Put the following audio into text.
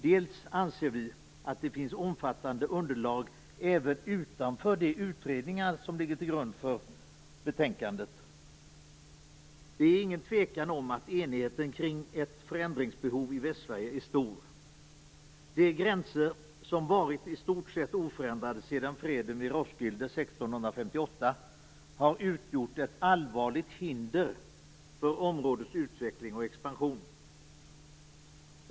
Vi anser också att det finns omfattande underlag även utanför de utredningar som ligger till grund för betänkandet. Det är ingen tvekan om att enigheten kring ett förändringsbehov i Västsverige är stor. De gränser, som varit i stort sett oförändrade sedan freden i Roskilde 1658, har utgjort ett allvarligt hinder för områdets utveckling och expansion.